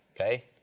Okay